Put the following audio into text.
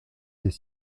est